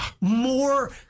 more